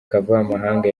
kavamahanga